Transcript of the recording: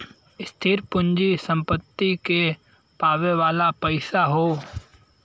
स्थिर पूँजी सम्पत्ति के पावे वाला पइसा हौ